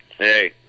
Hey